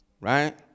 right